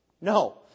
No